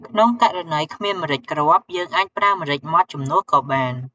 ក្នុងករណី គ្មានម្រេចគ្រាប់ យើងអាចប្រើម្រេចម៉ដ្ឋជំនួសក៏បាន។